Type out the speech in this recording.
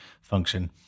function